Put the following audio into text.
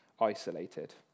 isolated